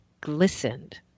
glistened